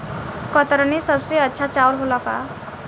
कतरनी सबसे अच्छा चावल होला का?